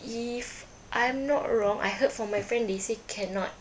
if I'm not wrong I heard from my friend they say cannot